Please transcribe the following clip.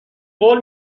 قول